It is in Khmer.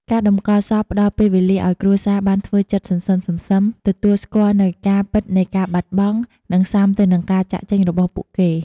ការតម្កល់សពផ្តល់ពេលវេលាឱ្យគ្រួសារបាន ធ្វើចិត្តសន្សឹមៗ ទទួលស្គាល់នូវការពិតនៃការបាត់បង់ និងស៊ាំទៅនឹងការចាកចេញរបស់ពួកគេ។